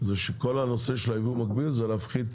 היא שכל הנושא של היבוא המקביל הוא להפחית